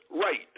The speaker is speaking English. right